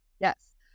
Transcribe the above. yes